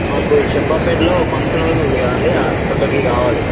మాకు చంపాపేటలో function hall ఉంది కదండి అక్కడికి కావాలి